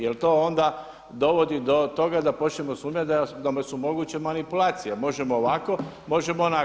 Jer to onda dovodi do toga da počnemo sumnjati da su moguće manipulacije, možemo ovako, možemo onako.